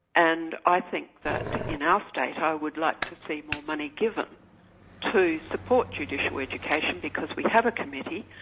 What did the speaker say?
and i think that in our state ah i would like to see more money given to support judicial education because we have a committee,